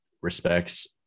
respects